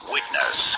Witness